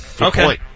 Okay